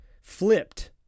flipped